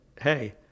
hey